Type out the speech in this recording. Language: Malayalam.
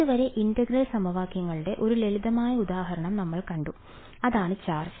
ഇതുവരെ ഇന്റഗ്രൽ സമവാക്യങ്ങളുടെ ഒരു ലളിതമായ ഉദാഹരണം നമ്മൾ കണ്ടു അതായത് ചാർജ്